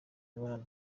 mibonano